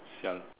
[sial]